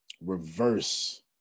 reverse